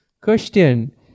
Question